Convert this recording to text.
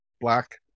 black